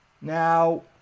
Now